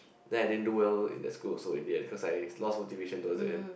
then I didn't do well in the school also in the end cause I lost motivation towards the end